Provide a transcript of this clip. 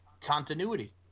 Continuity